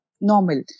normal